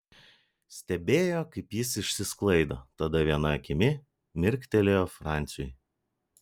stebėjo kaip jis išsisklaido tada viena akimi mirktelėjo franciui